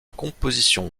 composition